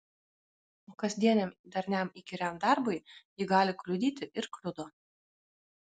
o kasdieniam darniam įkyriam darbui ji gali kliudyti ir kliudo